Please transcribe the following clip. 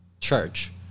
church